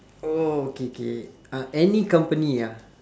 oh okay K uh any company ah